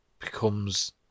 becomes